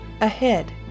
ahead